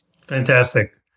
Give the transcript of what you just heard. Fantastic